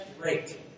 great